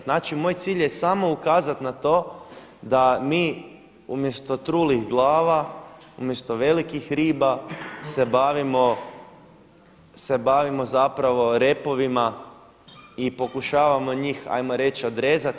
Znači moj cilj je samo ukazati na to da mi umjesto trulih glava, umjesto velikih riba se bavimo zapravo repovima i pokušavamo njih hajmo reći odrezati.